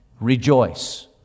rejoice